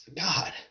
God